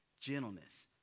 gentleness